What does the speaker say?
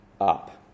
up